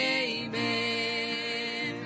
amen